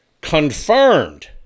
confirmed